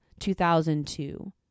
2002